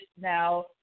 now